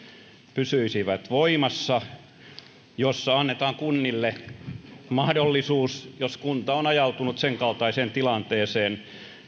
pysyisivät voimassa millä annetaan kunnille mahdollisuus jos kunta on ajautunut sen kaltaiseen tilanteeseen